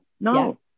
no